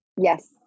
Yes